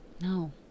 No